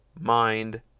mind